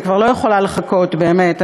אני כבר לא יכולה לחכות, באמת.